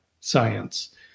science